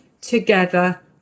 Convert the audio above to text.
together